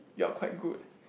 you are quite good